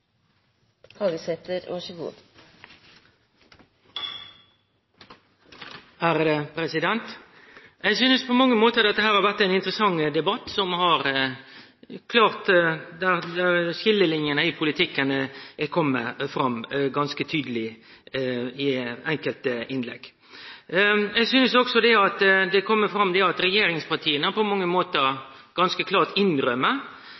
gjøre innstramninger, så skal det følges. Eg synest dette har vore ein interessant debatt der skiljelinjene i politikken har kome fram ganske tydeleg i enkelte innlegg. Eg synest òg det har kome fram at regjeringspartia